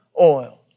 oil